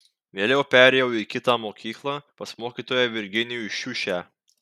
vėliau perėjau į kitą mokyklą pas mokytoją virginijų šiušę